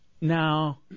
Now